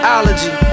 Allergy